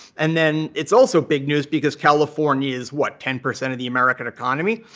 and then it's also big news because california is, what, ten percent of the american economy?